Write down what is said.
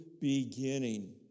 beginning